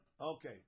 Okay